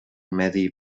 medi